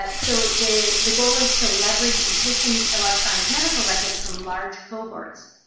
but so the the goal is to leverage existing electronic medical records from large cohorts.